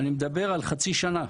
אני מדבר על חצי שנה.